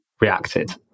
reacted